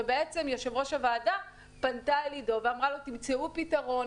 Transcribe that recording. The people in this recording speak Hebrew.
ובעצם יושב-ראש הוועדה פנתה אל עידו וביקשה שיימצא פיתרון